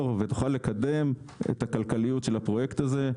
ותוכל לקדם את הכלכליות של הפרויקט הזה,